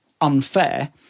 unfair